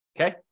Okay